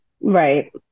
Right